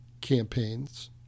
campaigns